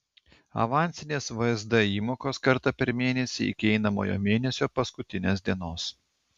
avansinės vsd įmokos kartą per mėnesį iki einamojo mėnesio paskutinės dienos